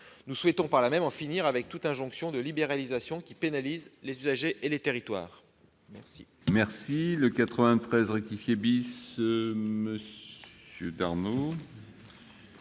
Nous souhaitons en finir avec toute injonction de libéralisation qui pénalise les usagers et les territoires.